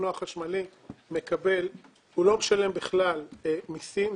אופנוע חשמלי לא משלם בכלל מיסים,